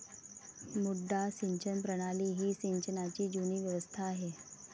मुड्डा सिंचन प्रणाली ही सिंचनाची जुनी व्यवस्था आहे